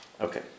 Okay